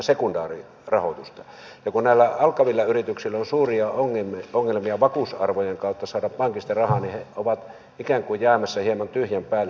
ja kun näillä alkavilla yrityksillä on suuria ongelmia vakuusarvojen kautta saada pankista rahaa niin he ovat ikään kuin jäämässä hieman tyhjän päälle